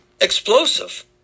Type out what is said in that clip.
explosive